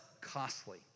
costly